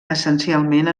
essencialment